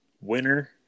winner